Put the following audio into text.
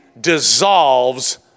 dissolves